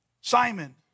Simon